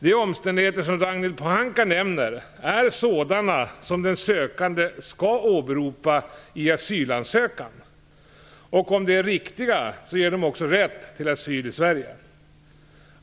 De omständigheter som Ragnhild Pohanka nämner är sådana som den sökande skall åberopa i sin asylansökan, och om de är riktiga ger de rätt till asyl i Sverige.